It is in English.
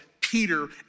Peter